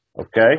Okay